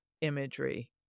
imagery